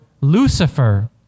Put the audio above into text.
Lucifer